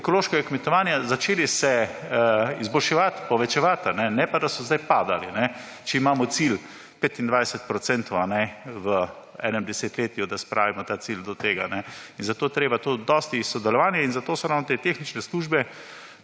ekološkega kmetovanja začeli izboljševati, povečevati, ne pa, da so zdaj padali. Če imamo cilj 25 % v enem desetletju, da spravimo ta cilj do tega, je treba dosti sodelovanja in zato so ravno te pospeševalne